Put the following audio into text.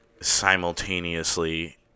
simultaneously